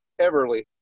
Everly